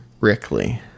Rickley